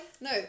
No